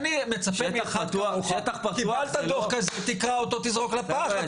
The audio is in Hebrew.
אני מצפה מאחד כמוך כשקיבלת דו"ח כזה תקרא אותו ותזרוק אותו לפח.